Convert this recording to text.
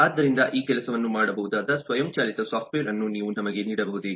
ಆದ್ದರಿಂದ ಈ ಕೆಲಸವನ್ನು ಮಾಡಬಹುದಾದ ಸ್ವಯಂಚಾಲಿತ ಸಾಫ್ಟ್ವೇರ್ ಅನ್ನು ನೀವು ನಮಗೆ ನೀಡಬಹುದೇ